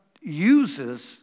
uses